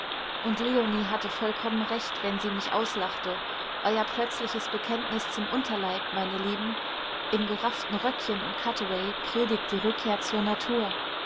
und leonie hatte vollkommen recht wenn sie mich auslachte euer plötzliches bekenntnis zum unterleib meine lieben im gerafften röckchen und cutaway predigt die rückkehr zur natur